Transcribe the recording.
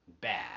bad